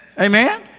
Amen